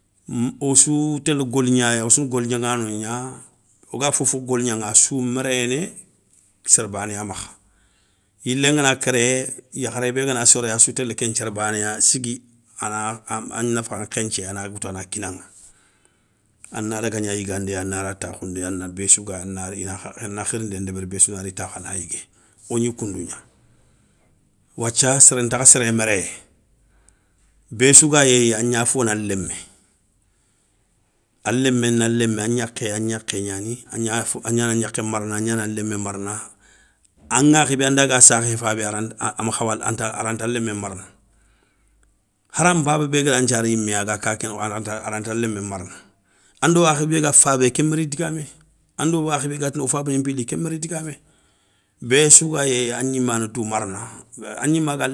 o sou télé golignaya o souna golignaŋano gna, o ga fofo golignaŋa assou méréné, séré bané ya makha yilén gana kéré, yakharé bé gana soré assou télé ken théré bané ya sigui, ana a nafa nkhenthié ana woutou a na kinaŋa, ana daga gna yigandé a na ra takhoundi a na béssou gaya a na ri ina kha ana khirindé ndébéri béssou nari takhou ana yigué. Ogni koundou gna, wathia séré ntakha séré méréyé bé sou gayéyi a gna fona lémé, a lémé na lémé gna, agnakhé a gnakhé gnani, a gnana gnakhé marana a gnana lémé marana, a ŋakhi bé andaga sakhé fabé a ranta ama khawa a ranta lémé marana. Hara npaba bé gada nthiara yimé a ga kaké nokho, a ranta aranta lémé marana, ando akhi bé ga fabé kéma ri digamé, ando akhi bé ga tini wo fabani npili kéma ri digamé. Bé sou ga yéyi agnimana dou marana a gnimaga